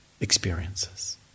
experiences